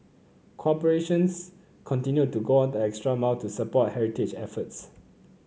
corporations continued to go the extra mile to support heritage efforts